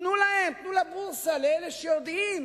תנו להם, תנו לבורסה, לאלה שיודעים